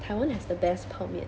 台湾 has the best 泡面